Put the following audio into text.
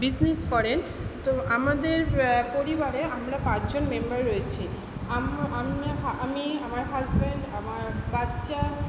business করেন তো আমাদের পরিবারে আমরা পাঁচজন মেম্বার রয়েছি আমি আমার হাসব্যান্ড আমার বাচ্চা